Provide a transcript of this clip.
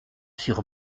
sur